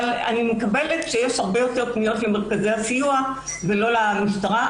אבל אני מקבלת שיש הרבה יותר פניות למרכזי הסיוע ולא למשטרה.